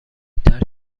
ترک